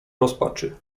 rozpaczy